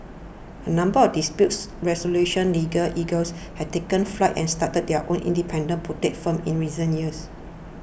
a number of dispute resolution legal eagles have taken flight and started their own independent boutique firms in recent years